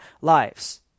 lives